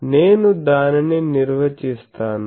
నేను దానిని నిర్వచిస్తాను